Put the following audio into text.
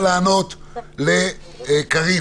רק לפני כן,